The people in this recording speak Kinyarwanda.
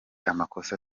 amakosa